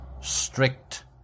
strict